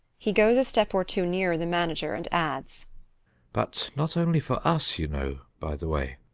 he goes a step or two nearer the manager and adds but not only for us, you know, by the way.